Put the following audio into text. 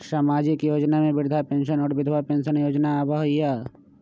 सामाजिक योजना में वृद्धा पेंसन और विधवा पेंसन योजना आबह ई?